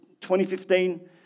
2015